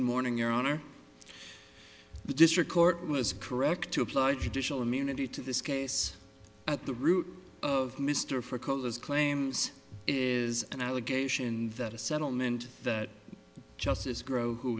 morning your honor the district court was correct to apply judicial immunity to this case at the root of mr for cause as claims is an allegation that a settlement that justice grow who